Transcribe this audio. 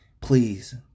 please